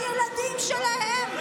הילדים שלהם,